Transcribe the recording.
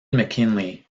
mckinley